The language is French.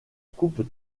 coupe